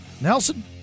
nelson